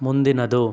ಮುಂದಿನದು